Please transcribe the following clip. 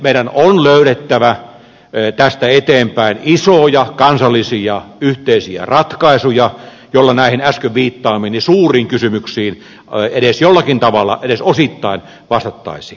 meidän on löydettävä tästä eteenpäin isoja kansallisia yhteisiä ratkaisuja joilla näihin äsken viittaamiini suuriin kysymyksiin edes jollakin tavalla edes osittain vastattaisiin